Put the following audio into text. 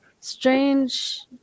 strange